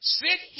sit